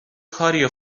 کاریه